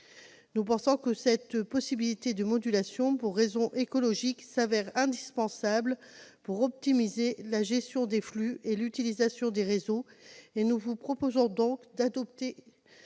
Nous pensons que la possibilité de modulation pour raisons écologiques s'avère indispensable pour optimiser la gestion des flux et l'utilisation des réseaux. Quel est l'avis de la